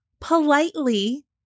politely